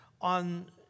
on